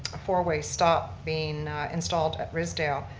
a four-way stop being installed at rysdale.